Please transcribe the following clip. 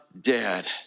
dead